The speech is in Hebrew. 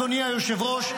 אדוני היושב-ראש,